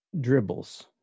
dribbles